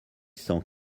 cent